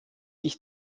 ich